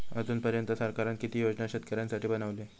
अजून पर्यंत सरकारान किती योजना शेतकऱ्यांसाठी बनवले?